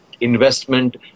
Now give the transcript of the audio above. investment